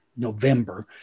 November